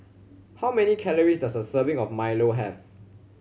how many calories does a serving of milo have